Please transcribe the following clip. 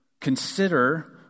consider